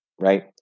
right